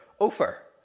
Ofer